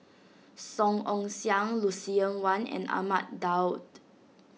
Song Ong Siang Lucien Wang and Ahmad Daud